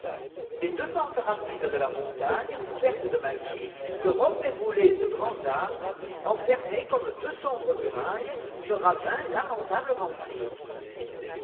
les deux pentes rapides de la montagne couvertes de maquis de rocs éboulés et de grands arbres enfermaient comme deux sombres murailles ce ravin lamentablement triste